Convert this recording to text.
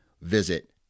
visit